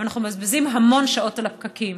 ואנחנו מבזבזים המון שעות על הפקקים.